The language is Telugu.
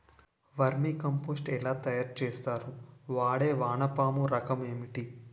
వెర్మి కంపోస్ట్ ఎలా తయారు చేస్తారు? వాడే వానపము రకం ఏంటి?